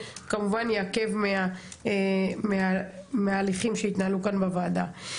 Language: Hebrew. כמובן את ההליכים שיתנהלו כאן בוועדה.